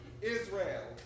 Israel